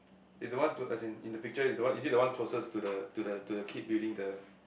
is the one clo~ as in in the picture is the one is it the one closest to the to the to the kid building the